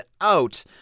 out